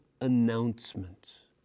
announcements